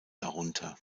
darunter